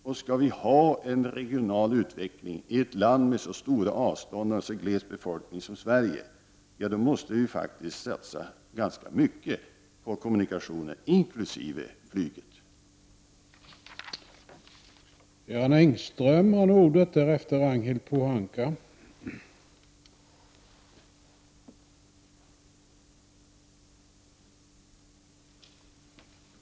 Om vi skall ha en regional utveckling i ett land med så stora avstånd och en så gles befolkning som Sverige, då måste vi faktiskt satsa ganska mycket på kommunikationer, inkl. flyget.